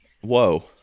Whoa